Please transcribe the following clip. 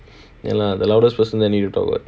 ya lah the loudest person there need to talk [what]